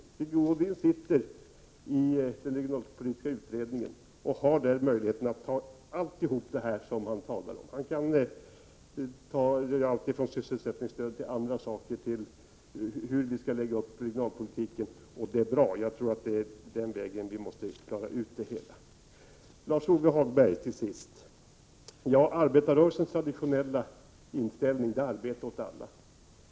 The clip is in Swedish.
Sigge Godin sitter nämligen i den regionalpolitiska utredningen och har där möjlighet att ta upp allt det som han talar om här — sysselsättningsstöd, hur vi skall lägga upp regionalpolitiken, osv. — och det är bra. Jag tror att det är den vägen som vi måste gå. Till sist vill jag kommentera Lars-Ove Hagbergs anförande. Arbetarrörelsens traditionella inställning är: arbete åt alla.